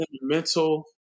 mental